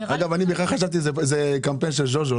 אני בכלל חשבתי שזה קמפיין של "ז'וז'ו".